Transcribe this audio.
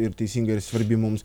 ir teisinga ir svarbi mums